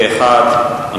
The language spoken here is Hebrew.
פה-אחד,